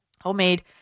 homemade